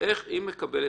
איך היא מקבלת?